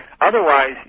Otherwise